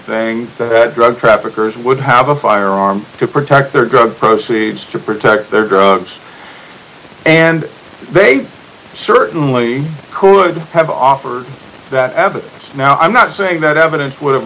thing that drug traffickers would have a firearm to protect their drug proceeds to protect their drugs and they certainly could have offered that evidence now i'm not saying that evidence would